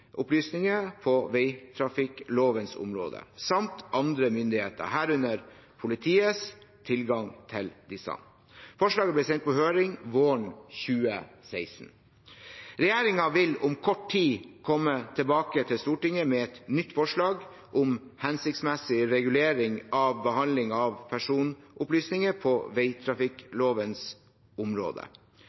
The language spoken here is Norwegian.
på veitrafikklovens område samt andre myndigheters, herunder politiets, tilgang til disse. Forslaget ble sendt på høring våren 2016. Regjeringen vil om kort tid komme tilbake til Stortinget med et nytt forslag om hensiktsmessig regulering av behandling av personopplysninger på veitrafikklovens område